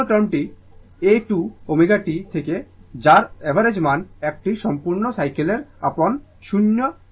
অন্যান্য টার্মস এ 2 ω t থাকে যার অ্যাভারেজ মান একটি সম্পূর্ণ সাইকেলের উপর শূন্য